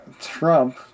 Trump